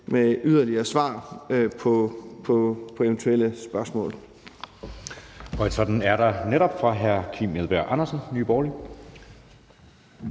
med yderligere svar på eventuelle spørgsmål.